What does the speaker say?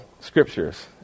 scriptures